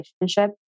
relationship